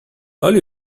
all